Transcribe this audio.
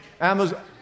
Amazon